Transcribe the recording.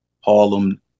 Harlem